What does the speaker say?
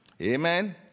Amen